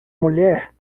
mulher